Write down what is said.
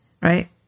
right